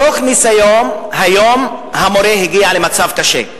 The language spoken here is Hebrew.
מתוך ניסיון, היום המורה הגיע למצב קשה,